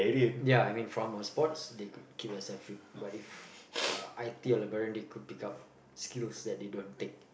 ya I mean from a sports they could keep themselves fit but if uh i_t or librarian they could take up skills that they don't take